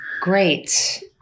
Great